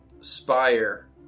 spire